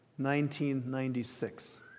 1996